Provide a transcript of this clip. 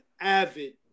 avid